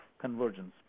convergence